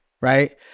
Right